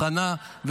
הכנה,